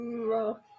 rock